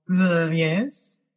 yes